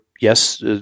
yes